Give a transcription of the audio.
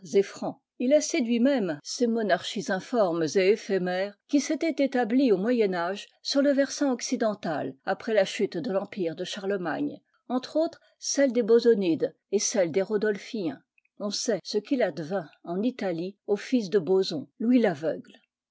il a séduit môme ces monarchies informes et éphémères qui s'étaient établies au moyen âge sur le versant occidental après la chute de l'empire de charlemagne entre autres celle des bosonides et celle des rodolphiens ou sait ce qu'il advint en italie au fils de boson louis l'aveugle